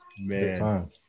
man